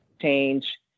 change